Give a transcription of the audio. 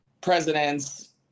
presidents